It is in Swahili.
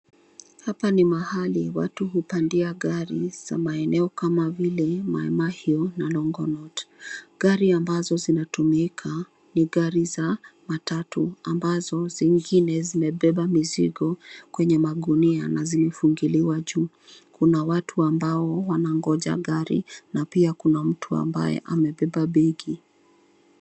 Hapa ni mahali watu hupandia gari za maeneo kama vile Mai Mahiu na Longonot. Gari ambazo zinatumika ni gari za matatu, ambazo zingine zimebeba mizigo kwenye magunia na zimefungiliwa juu. Kuna watu ambao wanangoja gari na pia kuna mtu ambaye amebeba begi.